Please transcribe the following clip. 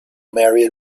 mary